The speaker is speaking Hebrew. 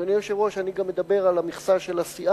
אדוני היושב-ראש, אני גם מדבר על המכסה של הסיעה,